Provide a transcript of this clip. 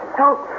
help